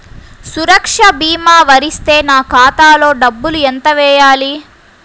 సురక్ష భీమా వర్తిస్తే నా ఖాతాలో డబ్బులు ఎంత వేయాలి?